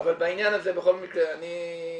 --- אבל בעניין הזה בכל מקרה, שוב,